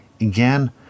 Again